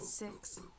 Six